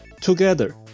together